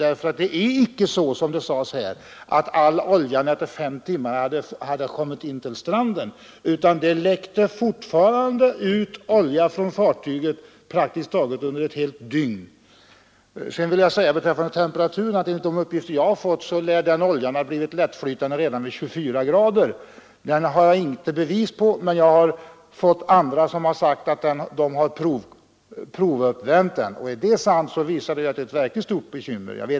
Det är inte så som sades här att all oljan efter fem timmar hade kommit in till stranden, utan det läckte ut olja från fartyget under praktiskt taget ett helt dygn. Enligt uppgifter som jag har fått lär den olja det här är fråga om bli lättflytande redan vid 24 grader. Jag har inte bevis på att det är riktigt, men några personer har sagt att de har värmt upp den för att prova. Är det sant att den blir lättflytande vid så låg temperatur är det ett verkligt stort bekyinmer.